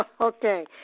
Okay